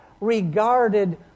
regarded